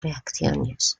reacciones